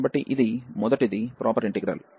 కాబట్టి ఇది మొదటిది ప్రాపర్ ఇంటిగ్రల్